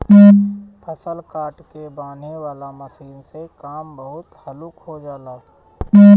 फसल काट के बांनेह वाला मशीन से काम बहुत हल्लुक हो जाला